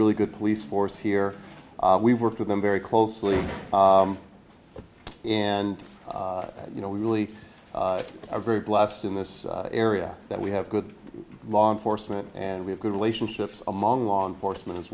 really good police force here we work with them very closely and you know we really are very blessed in this area that we have good law enforcement and we have good relationships among law enforcement as